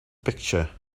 picture